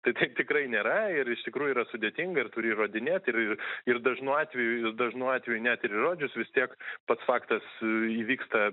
tai taip tikrai nėra ir iš tikrųjų yra sudėtinga ir turi įrodinėt ir ir dažnu atveju dažnu atveju net ir įrodžius vis tiek pats faktas įvyksta